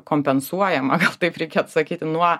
kompensuojama taip reikėtų sakyti nuo